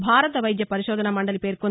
భారత వైద్య పరిశోధనా మండలి పేర్కొంది